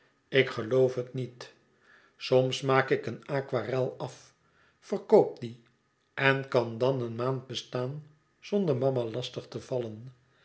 ik geloof het niet soms maak ik een aquarel af en verkoop die en kan dan een maand bestaan zonder mama lastig te vallen